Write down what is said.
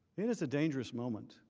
it is a dangerous moment.